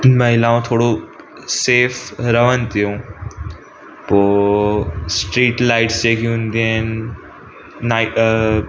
महिलाऊं थोरो सेफ़ रहनि थियूं पोइ स्ट्रीट लाइट्स जेकियूं हूंदियूं आहिनि ना